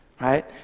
Right